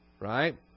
right